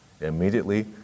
Immediately